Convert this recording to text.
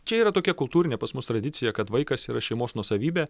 čia yra tokia kultūrinė pas mus tradicija kad vaikas yra šeimos nuosavybė